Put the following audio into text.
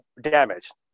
damaged